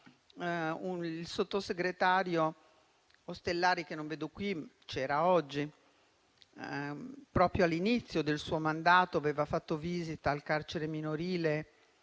Il sottosegretario Ostellari, che non vedo ora qui presente, ma c'era oggi, proprio all'inizio del suo mandato aveva fatto visita al carcere minorile